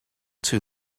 too